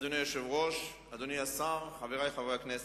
אדוני היושב-ראש, אדוני השר, חברי חברי הכנסת,